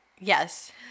Yes